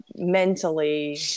mentally